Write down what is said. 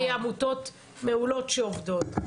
יש עמותות מעולות שעובדות,